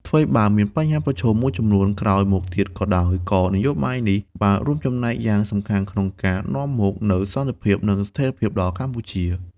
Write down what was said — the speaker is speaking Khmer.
ថ្វីបើមានបញ្ហាប្រឈមមួយចំនួនក្រោយមកទៀតក៏ដោយ ក៏នយោបាយនេះបានរួមចំណែកយ៉ាងសំខាន់ក្នុងការនាំមកនូវសន្តិភាព និងស្ថិរភាពដល់កម្ពុជា។